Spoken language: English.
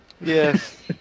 Yes